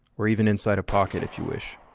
or even inside a pocket if you wish.